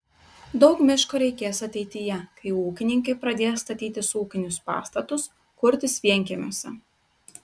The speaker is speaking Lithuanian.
daug miško reikės ateityje kai ūkininkai pradės statytis ūkinius pastatus kurtis vienkiemiuose